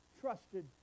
trusted